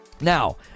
now